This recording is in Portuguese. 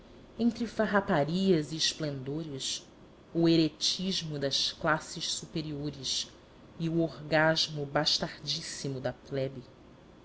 entre farraparias e esplendores o eretismo das classes superiores e o orgasmo bastardíssimo da plebe